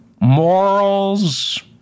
morals